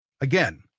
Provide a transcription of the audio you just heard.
Again